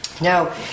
Now